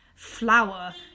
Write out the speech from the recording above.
flower